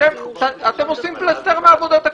אתם עושים פלסתר מעבודת הכנסת.